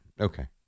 Okay